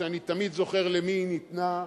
שאני תמיד זוכר למי היא ניתנה,